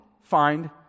find